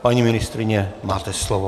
Paní ministryně, máte slovo.